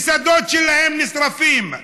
ושדות שלהם נשרפים.